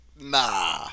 Nah